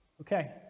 Okay